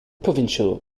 provincial